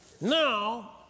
Now